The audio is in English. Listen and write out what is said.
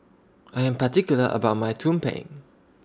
I Am particular about My Tumpeng